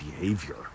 behavior